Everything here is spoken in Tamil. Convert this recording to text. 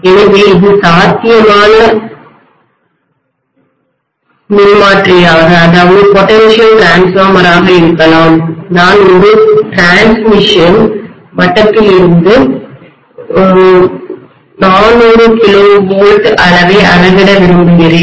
எனவே இது சாத்தியமான மின்மாற்றியாகபொட்டன்ஷியல் டிரான்ஸ்ஃபார்மராகஇருக்கலாம் நான் ஒரு பரிமாற்றடிரான்ஸ்மிஷன் மட்டத்திலிருந்து 400 kV அளவை அளவிட விரும்புகிறேன்